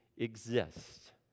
exist